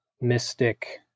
mystic